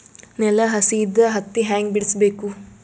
ನೆಲ ಹಸಿ ಇದ್ರ ಹತ್ತಿ ಹ್ಯಾಂಗ ಬಿಡಿಸಬೇಕು?